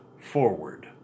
Forward